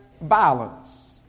violence